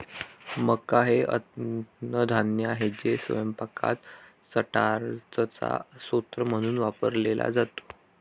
मका हे अन्नधान्य आहे जे स्वयंपाकात स्टार्चचा स्रोत म्हणून वापरले जाते